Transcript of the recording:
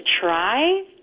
try